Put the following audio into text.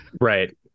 Right